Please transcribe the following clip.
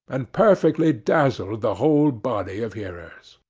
and perfectly dazzled the whole body of hearers.